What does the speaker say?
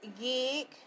gig